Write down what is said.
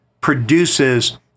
produces